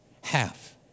half